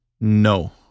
no